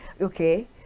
okay